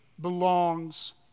belongs